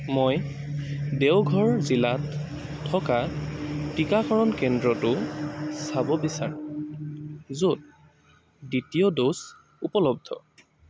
মই দেওঘৰ জিলাত থকা টীকাকৰণ কেন্দ্ৰটো চাব বিচাৰোঁ য'ত দ্বিতীয় ড'জ উপলব্ধ